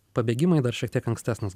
pabėgimai dar šiek tiek ankstesnis